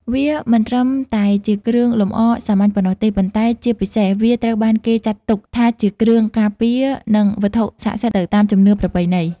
វាមិនត្រឹមតែជាគ្រឿងលម្អសាមញ្ញប៉ុណ្ណោះទេ ប៉ុន្តែជាពិសេសវាត្រូវបានគេចាត់ទុកថាជាគ្រឿងការពារ និងវត្ថុស័ក្តិសិទ្ធិទៅតាមជំនឿប្រពៃណី។